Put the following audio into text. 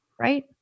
right